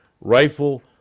rifle